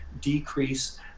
decrease